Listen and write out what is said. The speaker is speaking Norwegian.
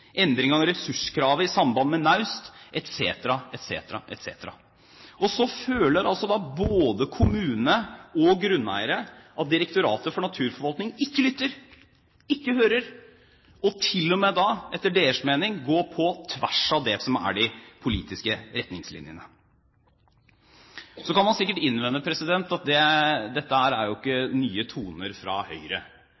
ressurskravet i samband med naust, etc. Så føler både kommune og grunneiere at Direktoratet for naturforvaltning ikke lytter, ikke hører, og til og med – etter deres mening – går på tvers av det som er de politiske retningslinjene. Så kan man sikkert innvende at dette er jo ikke nye toner fra Høyre, dette snakker Høyre om ved alle korsveier. Vi er jo